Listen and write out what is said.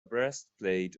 breastplate